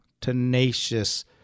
tenacious